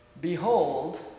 Behold